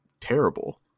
terrible